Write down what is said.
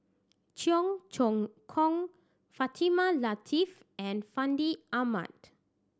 Cheong Choong Kong Fatimah Lateef and Fandi Ahmad